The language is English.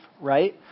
right